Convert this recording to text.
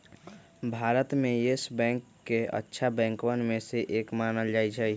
भारत में Yes Bank के अच्छा बैंकवन में से एक मानल जा हई